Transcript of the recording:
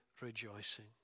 rejoicing